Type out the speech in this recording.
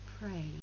pray